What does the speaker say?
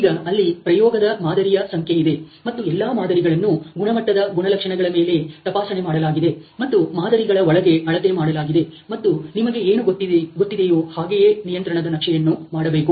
ಈಗ ಅಲ್ಲಿ ಪ್ರಯೋಗದ ಮಾದರಿಯ ಸಂಖ್ಯೆಯಿದೆ ಮತ್ತು ಎಲ್ಲಾ ಮಾದರಿಗಳನ್ನು ಗುಣಮಟ್ಟದ ಗುಣಲಕ್ಷಣಗಳ ಮೇಲೆ ತಪಾಸಣೆ ಮಾಡಲಾಗಿದೆ ಮತ್ತು ಮಾದರಿಗಳ ಒಳಗೆ ಅಳತೆ ಮಾಡಲಾಗಿದೆ ಮತ್ತು ನಿಮಗೆ ಏನು ಗೊತ್ತಿದೆಯೋ ಹಾಗೆಯೇ ನಿಯಂತ್ರಣದ ನಕ್ಷೆಯನ್ನು ಮಾಡಬೇಕು